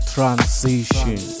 Transition